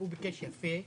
הוא ביקש יפה,